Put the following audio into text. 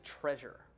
treasure